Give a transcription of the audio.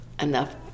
enough